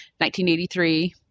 1983